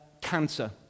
cancer